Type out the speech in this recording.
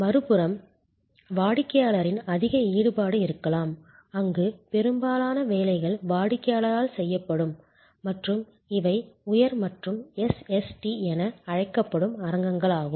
மறுபுறம் வாடிக்கையாளரின் அதிக ஈடுபாடு இருக்கலாம் அங்கு பெரும்பாலான வேலைகள் வாடிக்கையாளரால் செய்யப்படும் மற்றும் இவை உயர் மற்றும் SST என அழைக்கப்படும் அரங்கங்களாகும்